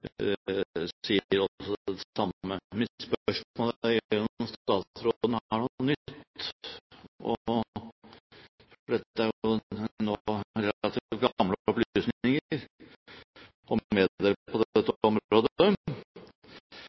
sier det samme. Mitt spørsmål er i grunnen om statsråden har noe nytt – for dette er jo nå relativt gamle opplysninger – å meddele på dette området,